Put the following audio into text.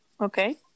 okay